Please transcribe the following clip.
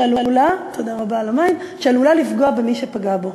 שעלולה לפגוע במי שפגע בו.